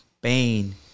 pain